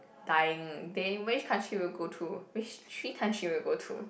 dying then which country will you go to which three country will you go to